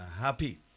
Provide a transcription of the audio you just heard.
happy